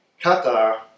Qatar